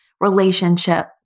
relationship